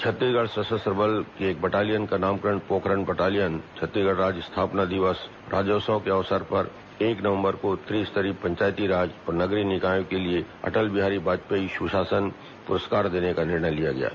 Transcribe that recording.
छत्तीसगढ़ सशस्त्र बल की एक बटालियन का नामकरण पोखरण बटालियन छत्तीसगढ़ राज्य स्थापना दिवस राज्योत्सव के अवसर पर एक नवम्बर को त्रिस्तरीय पंचायतों और नगरीय निकायों के लिए अटल बिहारी वाजपेयी सुशासन पुरस्कार देने का निर्णय लिया है